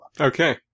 Okay